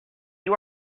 you